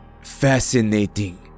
fascinating